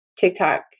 TikTok